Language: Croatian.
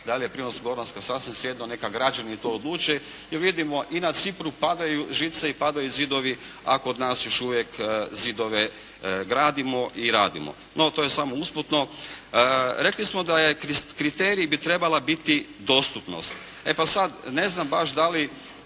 da li je Primorsko- goranska sasvim svejedno. Neka građani to odluče. Jer vidimo i na Cipru padaju žice i padaju zidovi, a kod nas još uvijek zidove gradimo i radimo. No to je samo usputno. Rekli smo da je kriterij bi trebala biti dostupnost. E pa sad ne znam baš da li